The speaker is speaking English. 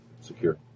Secure